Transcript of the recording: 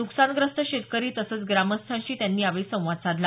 नुकसानग्रस्त शेतकरी तसंच ग्रामस्थांशी त्यांनी यावेळी संवाद साधला